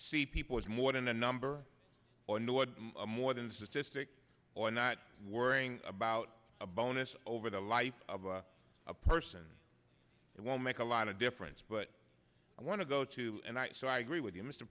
see people as more than a number or know what more than statistics or not worrying about a bonus over the life of a person it won't make a lot of difference but i want to go to and i so i agree with you mr